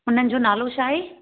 हुननि जो नालो छा आहे